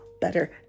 better